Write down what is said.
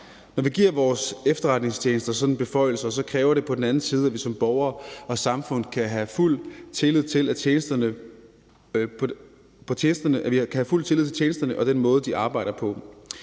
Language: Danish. Når vi giver vores efterretningstjenester sådanne beføjelser, kræver det på den anden side, at vi som borgere og samfund kan have fuld tillid til tjenesterne og den måde, de arbejder på.